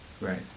Right